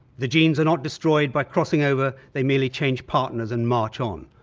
the genes are not destroyed by crossing over, they merely change partners and march on.